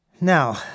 Now